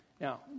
Now